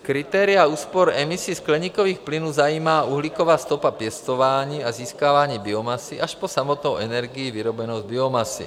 Kritéria úspor emisí skleníkových plynů zajímá uhlíková stopa pěstování a získávání biomasy, až po samotnou energii vyrobenou z biomasy.